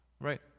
right